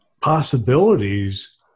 possibilities